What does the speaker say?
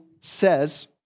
says